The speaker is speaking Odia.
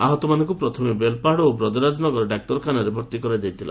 ଆହତମାନଙ୍କୁ ପ୍ରଥମେ ବେଲପାହାଡ ଓ ବ୍ରକରାଜନଗର ଡାକ୍ତରଖାନାରେ ଭର୍ତ୍ତି କରାଯାଇଥିଲା